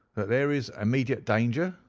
that there is immediate danger?